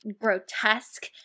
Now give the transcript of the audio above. grotesque